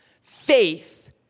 faith